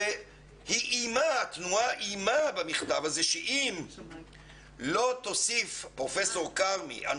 ובו התנועה איימה שאם פרופ' כרמי לא תוסיף